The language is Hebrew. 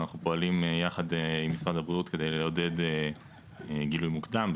ואנחנו פועלים ביחד עם משרד הבריאות כדי לעודד גילוי מוקדם,